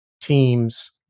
teams